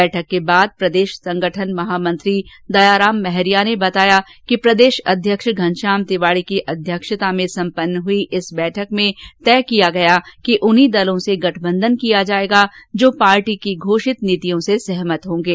बैठक के बाद प्रदेश संगठन महामंत्री दयाराम महरिया ने बताया कि प्रदेश अध्यक्ष घनश्याम तिवाडी की अध्यक्षता में सम्पन्न हुई इस बैठक में तय किया गया कि उन्हीं दलों से गठबंधन किया जाएगा जो पार्टी की घोषित नीतियों से सहमत होंगे